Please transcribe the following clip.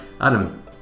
Adam